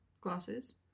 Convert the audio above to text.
Glasses